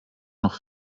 noch